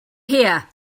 here